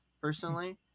personally